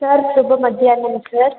sir శుభ మధ్యానం sir